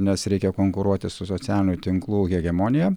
nes reikia konkuruoti su socialinių tinklų hegemonija